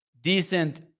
decent